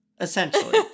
Essentially